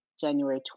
January